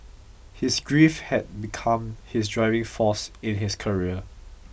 his grief had become his driving force in his career